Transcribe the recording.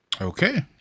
Okay